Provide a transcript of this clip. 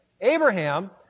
Abraham